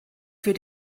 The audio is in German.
für